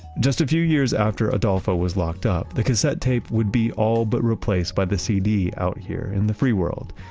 just a few years after adolfo was locked up, the cassette tape would be all but replaced by the cd out here in the free world,